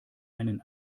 einen